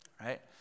Right